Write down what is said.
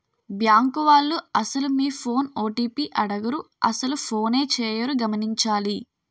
bank వాళ్లు అసలు మీ ఫోన్ ఓ.టి.పి అడగరు అసలు ఫోనే చేయరు గమనించాలి